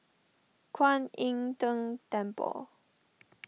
Kwan Im Tng Temple